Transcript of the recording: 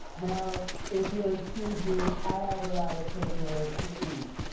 now if you'll excuse me, i have a lot of paperwork to eat.